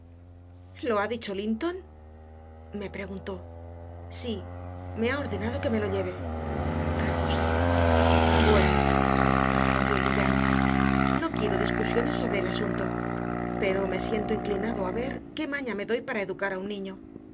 lo ha dicho linton me preguntó sí me ha ordenado que me lo lleve repuse bueno respondió el villano no quiero discusiones sobre el asunto pero me siento inclinado a ver qué maña me doy para educar a un niño